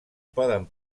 poden